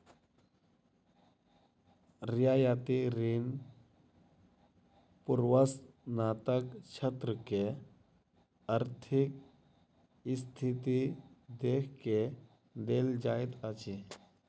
रियायती ऋण पूर्वस्नातक छात्र के आर्थिक स्थिति देख के देल जाइत अछि